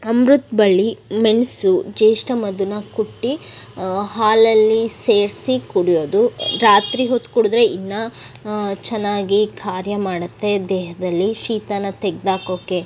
ಅಮೃತ ಬಳ್ಳಿ ಮೆಣಸು ಜ್ಯೇಷ್ಠ ಮಧುನಾ ಕುಟ್ಟಿ ಹಾಲಲ್ಲಿ ಸೇರಿಸಿ ಕುಡಿಯೋದು ರಾತ್ರಿ ಹೊತ್ತು ಕುಡಿದರೆ ಇನ್ನೂ ಚೆನ್ನಾಗಿ ಕಾರ್ಯ ಮಾಡುತ್ತೆ ದೇಹದಲ್ಲಿ ಶೀತನ ತೆಗ್ದು ಹಾಕೋಕ್ಕೆ